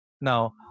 Now